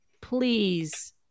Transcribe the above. please